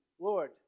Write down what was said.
Lord